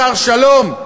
השר שלום,